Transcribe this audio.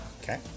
okay